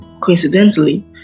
coincidentally